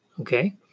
okay